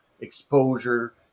exposure